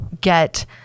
get